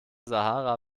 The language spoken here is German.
sahara